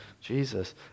Jesus